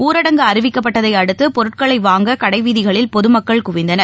ஊரடங்கு அறிவிக்கப்பட்டதைஅடுத்தபொருட்களைவாங்க கடைவீதிகளில் பொதமக்கள் குவிந்தனர்